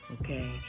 okay